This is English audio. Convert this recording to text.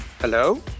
Hello